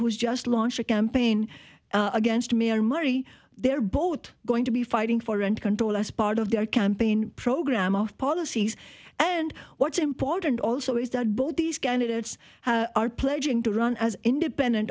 who's just launched a campaign against me our money they're both going to be fighting for and control as part of their campaign program our policies and what's important also is that both these candidates are pledging to run as independent